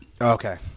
Okay